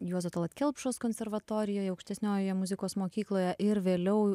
juozo tallat kelpšos konservatorijoje aukštesniojoje muzikos mokykloje ir vėliau